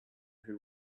who